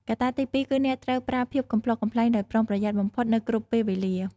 កត្តាទីពីរគឺអ្នកត្រូវប្រើភាពកំប្លុកកំប្លែងដោយប្រុងប្រយ័ត្នបំផុតនៅគ្រប់ពេលវេលា។